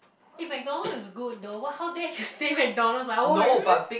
eh McDonald's is good though what how dare you say McDonald's like !oi!